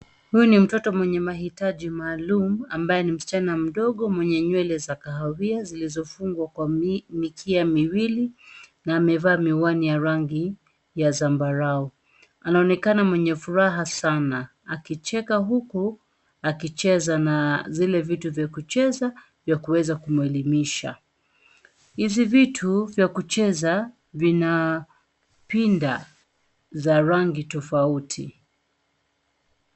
Huyu ni mtoto mwenye mahitaji maalum ambaye ni msichana mdogo mwenye nywele za kahawia zilizofungwa kwa mikia miwili na amevaa miwani ya rangi ya zambarau. Anaonekana mwenye furaha sana akicheka huku akicheza na zile vitu vya kucheza vya kuweza kumwelimisha. Hizi vitu vya kucheza vina pinda za rangi tofauti.